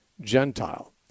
Gentile